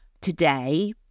today